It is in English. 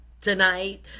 tonight